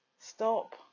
stop